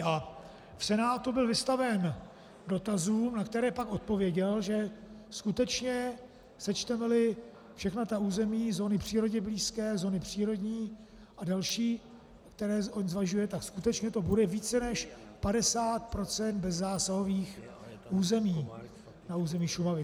V Senátu byl vystaven dotazům, na které pak odpověděl, že skutečně sečtemeli všechna ta území, zóny přírodě blízké, zóny přírodní a další, které on zvažuje, tak skutečně to bude více než 50 % bezzásahových území na území Šumavy.